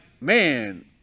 man